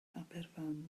aberfan